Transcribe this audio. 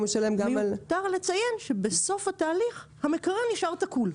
מיותר לציין שבסוף התהליך המקרר נשאר תקול.